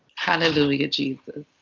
hallelujah, jesus.